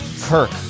Kirk